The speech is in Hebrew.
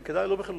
שלא כדאי בקיסריה.